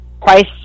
price